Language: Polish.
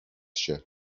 się